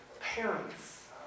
parents